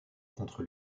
contre